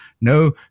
no